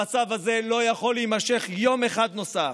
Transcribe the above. המצב הזה לא יכול להימשך יום אחד נוסף.